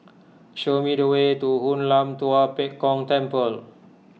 show me the way to Hoon Lam Tua Pek Kong Temple